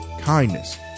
kindness